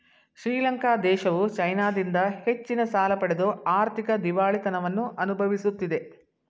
ಶ್ರೀಲಂಕಾ ದೇಶವು ಚೈನಾದಿಂದ ಹೆಚ್ಚಿನ ಸಾಲ ಪಡೆದು ಆರ್ಥಿಕ ದಿವಾಳಿತನವನ್ನು ಅನುಭವಿಸುತ್ತಿದೆ